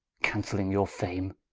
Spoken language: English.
cancelling your fame,